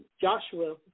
Joshua